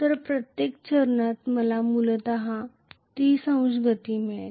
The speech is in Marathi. तर प्रत्येक चरणात मला मूलत 30 अंश गती मिळेल